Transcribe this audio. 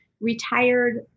retired